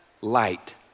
light